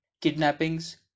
Kidnappings